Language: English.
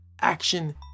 action